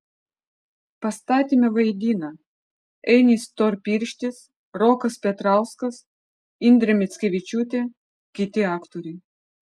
pastatyme vaidina ainis storpirštis rokas petrauskas indrė mickevičiūtė kiti aktoriai